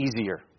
easier